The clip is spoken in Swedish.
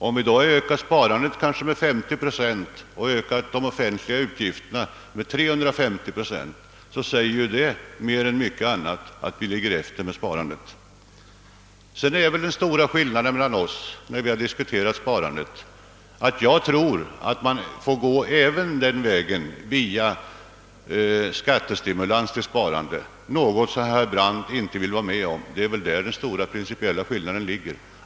Om vi alltså har ökat sparandet med 50 procent och de offentliga utgifterna med 350 procent, så säger det tydligare än något annat att vi ligger efter med sparandet. När vi har diskuterat sparandet har den stora skillnaden mellan oss varit att jag menar att vi i sparandet får gå även vägen via skattestimulans, vilket herr Brandt inte vill vara med om. Där ligger den stora principiella skillnaden.